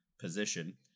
position